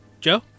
Joe